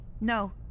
No